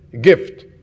gift